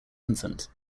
infant